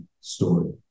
story